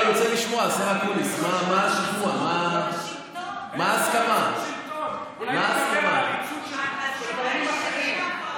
השר אקוניס, יש לי רק עוד שמונה דקות, סליחה.